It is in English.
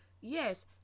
Yes